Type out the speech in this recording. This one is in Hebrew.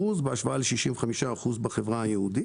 בהשוואה ל-65% בחברה היהודית.